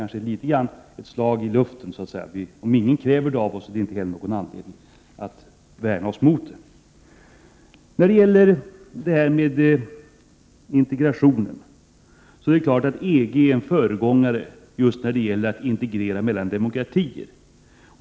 Då är det kanske ett slag i luften att säga så här. Om ingen kräver detta av oss finns det heller ingen anledning att värna oss mot sådana krav. EG är en föregångare just när det gäller integrering mellan demokratier.